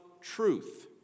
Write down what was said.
truth